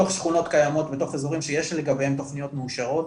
בתוך אזורים שיש לגביהם תכניות מאושרות,